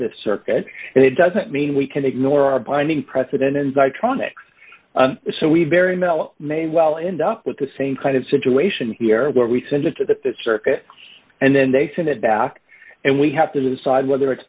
the circuit it doesn't mean we can ignore our binding precedent and i try on it so we very mellow may well end up with the same kind of situation here where we send it to the circuit and then they send it back and we have to decide whether it's